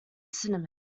cinema